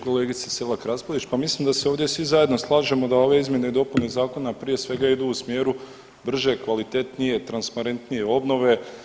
Kolegice Selak Raspudić, pa mislim da se ovdje svi zajedno slažemo da ove izmjene i dopune Zakona prije svega, idu u smjeru brže, kvalitetnije, transparentnije obnove.